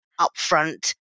upfront